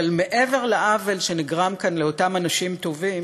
אבל מעבר לעוול שנגרם כאן לאותם אנשים טובים,